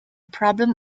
problem